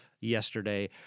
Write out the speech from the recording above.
yesterday